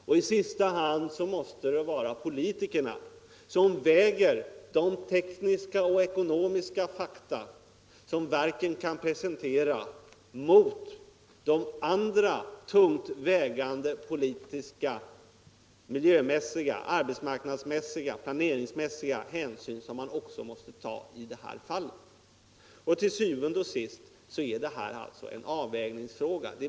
Och i sista hand måste det vara politikerna som väger de tekniska och ekonomiska fakta, som verken kan presentera, mot de andra tungt vägande politiska, miljömässiga, arbetsmarknadsmässiga och planeringsmässiga hänsyn som också måste tas i det här fallet. Til syvende og sidst är detta alltså en avvägningsfråga.